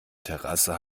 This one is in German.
terrasse